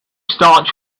start